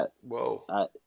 Whoa